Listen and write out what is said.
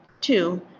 Two